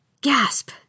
Gasp